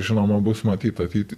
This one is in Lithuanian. žinoma bus matyt ateity